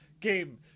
game